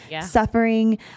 suffering